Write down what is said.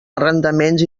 arrendaments